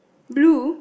blue